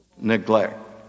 neglect